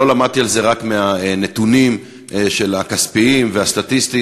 לא למדתי על זה רק מהנתונים הכספיים והסטטיסטיים.